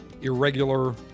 irregular